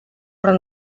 però